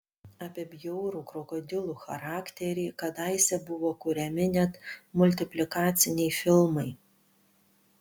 apie bjaurų krokodilų charakterį kadaise buvo kuriami net multiplikaciniai filmai